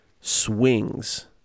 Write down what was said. swings